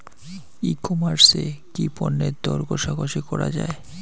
ই commerce এ কি পণ্যের দর কশাকশি করা য়ায়?